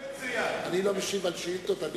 אני לא משיב על שאילתות.